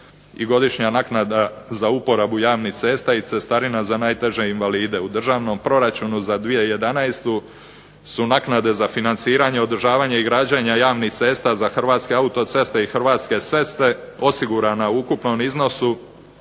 godišnja naknada za uporabu javnih cesta i cestarina za najteže invalide. U državnom proračunu za 2011. su naknade za financiranje, održavanje i građenje javnih cesta za Hrvatske autoceste i Hrvatske ceste osigurana u ukupnom iznosu